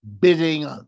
bidding